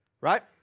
right